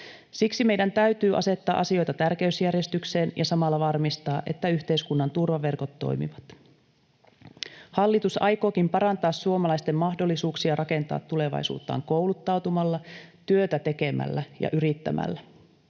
Siksi meidän täytyy asettaa asioita tärkeysjärjestykseen ja samalla varmistaa, että yhteiskunnan turvaverkot toimivat. Hallitus aikookin parantaa suomalaisten mahdollisuuksia rakentaa tulevaisuuttaan kouluttautumalla, työtä tekemällä ja yrittämällä.